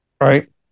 Right